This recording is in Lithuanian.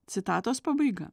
citatos pabaiga